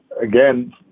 again